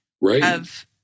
right